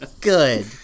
Good